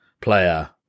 player